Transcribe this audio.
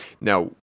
Now